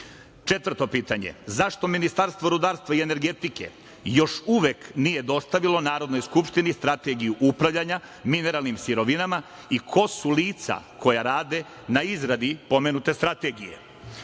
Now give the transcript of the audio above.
pitanje – zašto Ministarstvo rudarstva i energetike još uvek nije dostavilo Narodnoj skupštini strategiju upravljanja mineralnim sirovinama i ko su lica koja rade na izradi pomenute strategije? Sledeće